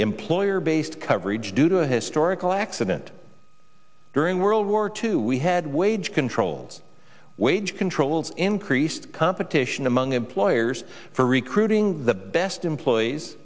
employer based coverage due to a historical accident during world war two we had wage controls wage controls increased competition among employers for recruiting the best employees